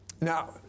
now